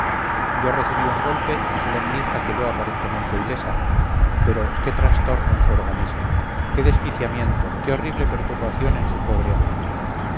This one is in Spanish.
yo recibí un golpe y sólo mi hija quedó aparentemente ilesa pero qué trastorno en su organismo qué desquiciamiento qué horrible perturbación en su pobre alma